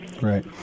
Right